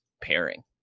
pairing